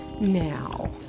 now